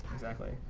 exactly.